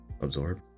absorb